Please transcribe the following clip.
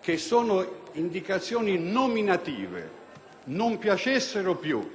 che sono nominative, non piacessero più,